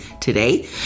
today